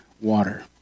water